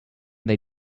they